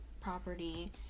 property